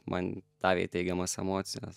man davė į teigiamas emocijas